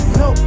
no